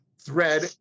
thread